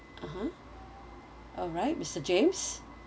(uh huh) alright mister james